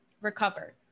Recover